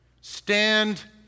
Stand